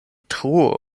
truo